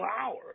hours